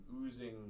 oozing